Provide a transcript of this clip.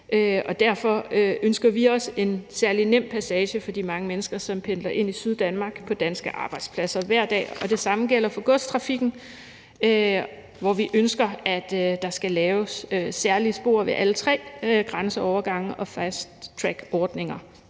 derfor ønsker vi også en særlig nem passage for de mange mennesker, som pendler ind i Syddanmark på danske arbejdspladser hver dag, og det samme gælder for godstrafikken, hvor vi ønsker, at der skal laves særlige spor ved alle tre grænseovergange og fasttrackordninger